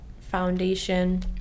foundation